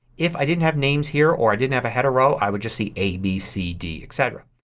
if i didn't have names here or i didn't have a header row i would just see a, b, c, d, etc.